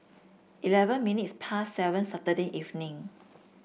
eleven minutes past seven Saturday evening